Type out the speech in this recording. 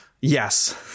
yes